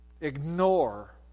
ignore